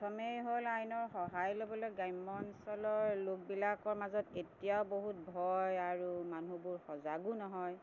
প্ৰথমেই হ'ল আইনৰ সহায় ল'বলৈ গ্ৰাম্য অঞ্চলৰ লোকবিলাকৰ মাজত এতিয়াও বহুত ভয় আৰু মানুহবোৰ সজাগো নহয়